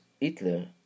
Hitler